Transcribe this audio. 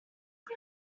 fut